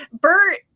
Bert